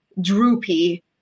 droopy